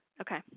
Okay